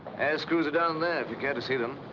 airscrews are down there, if you care to see them.